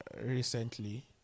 recently